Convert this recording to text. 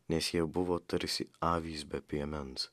nes jie buvo tarsi avys be piemens